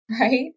right